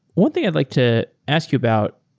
one thing i'd like to ask you about,